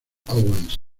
owens